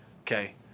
okay